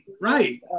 right